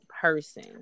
person